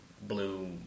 blue